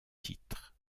titre